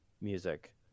music